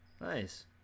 Nice